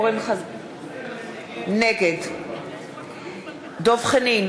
נגד דב חנין,